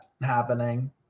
happening